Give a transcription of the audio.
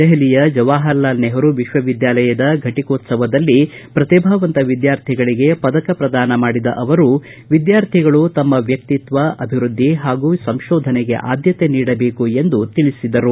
ದೆಹಲಿಯ ಜವಾಪರ ಲಾಲ್ ನೆಹರೂ ವಿಶ್ವವಿದ್ಯಾಲಯದ ಘಟಕೋತ್ಸವದಲ್ಲಿ ಪ್ರತಿಭಾವಂತ ವಿದ್ಯಾರ್ಥಿಗಳಿಗೆ ಪದಕ ಪ್ರದಾನ ಮಾಡಿದ ಅವರು ವಿದ್ಯಾರ್ಥಿಗಳು ತಮ್ಮ ವ್ಯಕ್ತಿತ್ವ ಅಭಿವೃದ್ದಿ ಹಾಗೂ ಸಂಶೋಧನೆಗೆ ಆದ್ದತೆ ನೀಡಬೇಕು ಎಂದು ತಿಳಿಸಿದರು